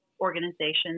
organizations